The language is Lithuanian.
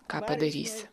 ką padarysi